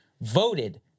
voted